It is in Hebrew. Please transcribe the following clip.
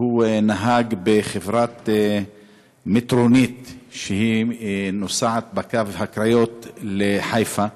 שהוא נהג בחברת מטרונית שנוסעת בקו הקריות לחיפה.